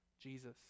Jesus